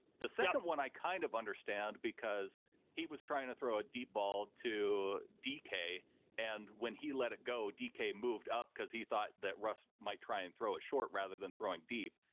the second one, i kind of understand because he was trying to throw a deep ball to decay and when he let it go, dk moved up because he thought that russ might try and throw it short rather than throwing deep.